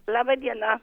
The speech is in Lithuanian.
laba diena